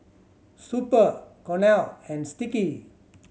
Super Cornell and Sticky